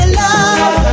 love